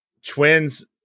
Twins